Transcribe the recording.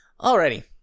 Alrighty